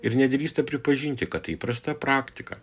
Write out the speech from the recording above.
ir nedrįsta pripažinti kad įprasta praktika